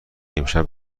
امشب